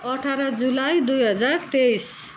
अठार जुलाई दुई हजार तेइस